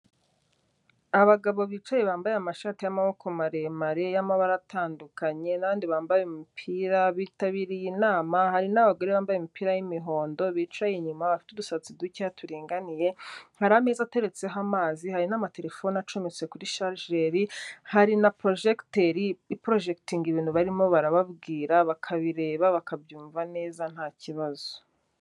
Abagabo bicaye bambaye amashati y'amaboko maremare y'amabara atandukanye n'abandi bambaye imupira, bitabiriye inama hari n'abagore bambaye imipira y'imihondo bicaye inyuma bafite udusatsi duke turinganiye hari ameza ateretseho amazi, hari n'amatelefone acometse kuri charijeri, hari na porojegiteri iporojegitinga ibintu barimo barababwira bakabireba bakabyumva neza nta kibazo.